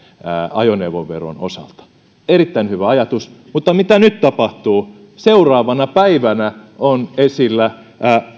ajoneuvoveron osalta erittäin hyvä ajatus mutta mitä nyt tapahtuu seuraavana päivänä on esillä